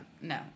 no